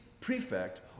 prefect